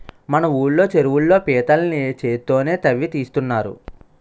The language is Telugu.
మన ఊళ్ళో చెరువుల్లో పీతల్ని చేత్తోనే తవ్వి తీస్తున్నారు